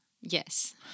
Yes